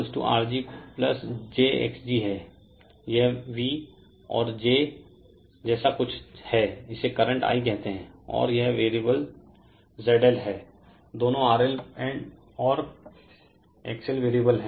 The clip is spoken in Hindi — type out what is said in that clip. यह v रेफेर टाइम 2421 और j रेफेर टाइम 2422 जैसा कुछ है इसे करंट I कहते हैं और यह ZL वैरिएबल है दोनों RL और XL वैरिएबल हैं